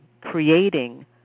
creating